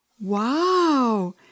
Wow